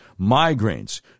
migraines